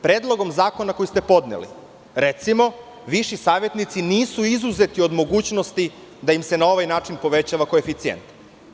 Predlogom zakona koji ste podneli, recimo, viši savetnici nisu izuzeti od mogućnosti da im se na ovaj način povećava koeficijent.